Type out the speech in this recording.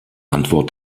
antwort